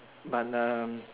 but um